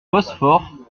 bosphore